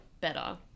better